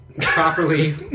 properly